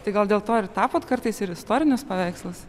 tai gal dėl to ir tapot kartais ir istorinius paveikslus